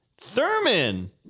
Thurman